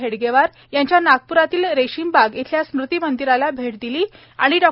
हेडगेवार यांच्या नागप्रातील रेशीमबाग इथल्या स्मृती मंदिराला भेट दिली आणि डॉ